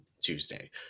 Tuesday